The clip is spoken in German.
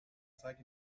zeige